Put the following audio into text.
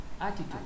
attitude